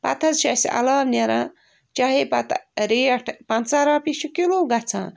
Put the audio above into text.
پتہٕ حظ چھِ اسہِ علاو نیران چاہے پَتہٕ ریٹ پنٛژاہ رۄپیہِ چھِ کِلو گَژھان